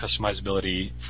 customizability